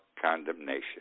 condemnation